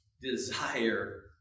desire